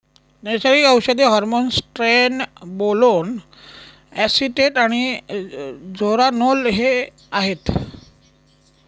नैसर्गिक औषधे hormones trenbolone acetate आणि जेरानोल हे आहेत